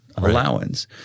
allowance